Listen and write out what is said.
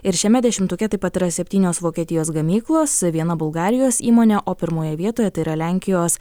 ir šiame dešimtuke taip pat yra septynios vokietijos gamyklos viena bulgarijos įmonė o pirmoje vietoje tai yra lenkijos